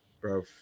bro